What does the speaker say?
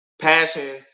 passion